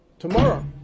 tomorrow